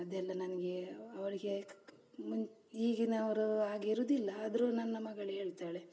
ಅದೆಲ್ಲ ನನಗೆ ಅವರಿಗೆ ಮುಂ ಈಗಿನವರು ಹಾಗಿರುವುದಿಲ್ಲ ಆದರೂ ನನ್ನ ಮಗಳು ಹೇಳ್ತಾಳೆ